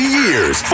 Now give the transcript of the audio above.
years